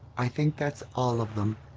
i think that's all of them.